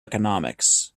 economics